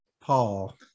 Paul